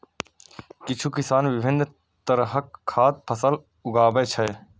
किछु किसान विभिन्न तरहक खाद्य फसल उगाबै छै